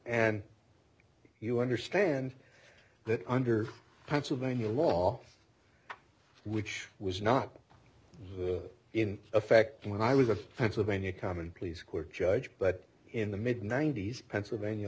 and you understand that under pennsylvania law which was not in effect when i was a pennsylvania common pleas court judge but in the mid ninety's pennsylvania